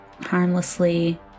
harmlessly